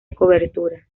cobertura